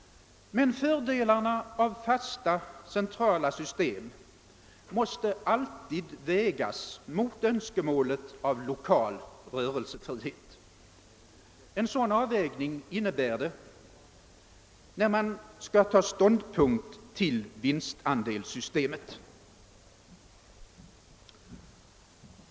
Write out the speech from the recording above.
Men fördelarna av fasta centrala system måste alltid vägas mot önskemålet om lokal rörelsefrihet. Det innebär en sådan avvägning när man skall ta ställning till vinstandelssystemet.